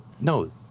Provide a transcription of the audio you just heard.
no